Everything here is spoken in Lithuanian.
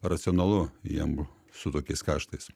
racionalu jiem su tokiais kaštais